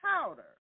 powder